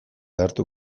agertu